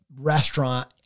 restaurant